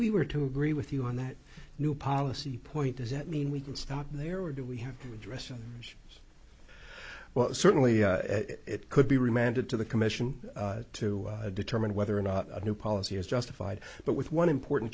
we were to agree with you on that new policy point does that mean we can stop there or do we have to address them well certainly it could be remanded to the commission to determine whether or not a new policy is justified but with one important